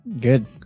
Good